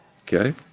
Okay